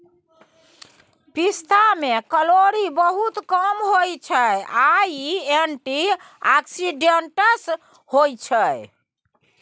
पिस्ता मे केलौरी बहुत कम होइ छै आ इ एंटीआक्सीडेंट्स होइ छै